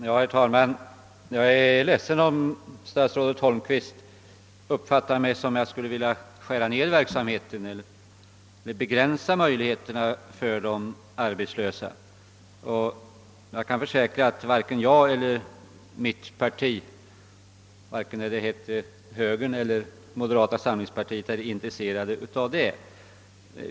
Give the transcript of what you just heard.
Herr talman! Jag är ledsen om statsrådet Holmqvist uppfattade mina uttalanden så att jag skulle vilja skära ned verksamheten eller begränsa möjligheterna för de arbetslösa. Jag kan försäkra att varken jag eller mitt parti — det gällde när det hette högerpartiet och det gäller nu när det heter moderata samlingspartiet — har intresse för något sådant.